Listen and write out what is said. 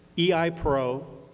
yeah eipro,